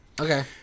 Okay